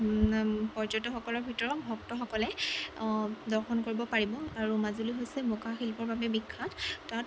পৰ্যটকসকলৰ ভিতৰত ভক্তসকলে দৰ্শন কৰিব পাৰিব আৰু মাজুলী হৈছে মুখাশিল্পৰ বাবে বিখ্যাত তাত